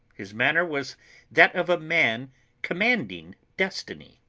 his manner was that of a man commanding destiny.